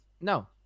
No